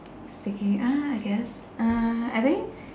sticky ah I guess uh I think